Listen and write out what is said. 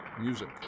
music